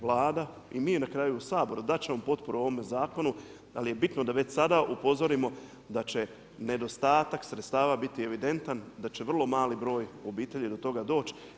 Vlada i mi na kraju u Saboru dat ćemo potporu ovome zakonu, ali je bitno da već sada upozorimo, da će nedostatak sredstava biti evidentan, da će vrlo mali broj obitelji do toga doć.